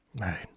Right